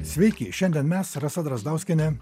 sveiki šiandien mes rasa drazdauskienė